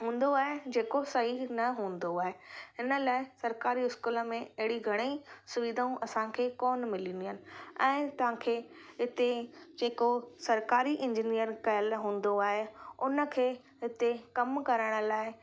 हूंदो आहे जेको सही न हूंदो आहे हिन लाइ सरकारी स्कूल में अहिड़ी घणेई सुविधाऊं असांखे कोन मिलंदियूं आहिनि ऐं तव्हांखे इते जेको सरकारी इंजीनियर कयलु हूंदो आहे उन खे हिते कमु कराइण लाइ